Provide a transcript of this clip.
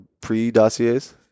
pre-dossiers